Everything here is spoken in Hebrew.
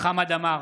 חמד עמאר,